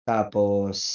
Tapos